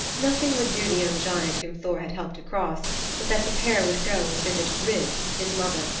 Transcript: nothing would do the young giant whom thor had helped across but that the pair would go and visit grid, his mother,